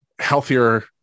healthier